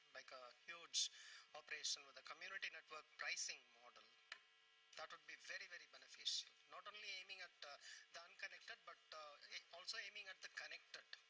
make a huge operation with community network pricing model. that would be very, very beneficial, not only aiming at the unconnected, but also aiming at the connected.